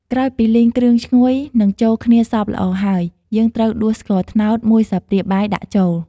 ក្រោយពីលីងគ្រឿងឈ្ងុយ និងចូលគ្នាសព្វល្អហើយ យើងត្រូវដួសស្ករត្នោតមួយស្លាបព្រាបាយដាក់ចូល។